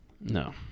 No